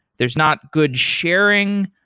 there's not good sharing,